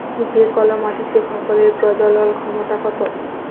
যে কল মাটিতে ফসলের প্রজলল ক্ষমতা কত